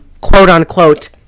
quote-unquote